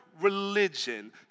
religion